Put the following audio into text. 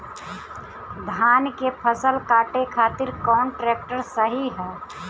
धान के फसल काटे खातिर कौन ट्रैक्टर सही ह?